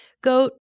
Goat